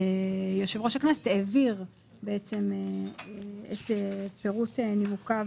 יושב-ראש הכנסת העביר את פירוט נימוקיו,